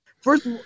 First